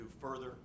further